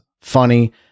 funny